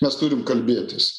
mes turim kalbėtis